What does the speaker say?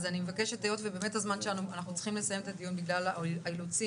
היות שאנחנו צריכים לסיים את הדיון בגלל האילוצים